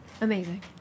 Amazing